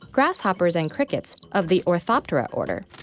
grasshoppers and crickets of the orthoptera order,